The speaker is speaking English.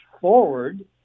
forward